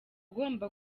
ugomba